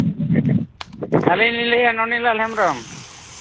ᱟᱹᱞᱤᱧ ᱞᱤᱧ ᱞᱟᱹᱭᱮᱜᱼᱟ ᱱᱚᱱᱤᱞᱟᱞ ᱦᱮᱢᱵᱨᱚᱢ